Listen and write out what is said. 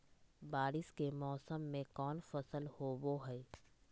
बारिस के मौसम में कौन फसल होबो हाय?